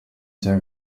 cya